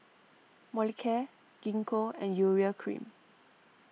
Molicare Gingko and Urea Cream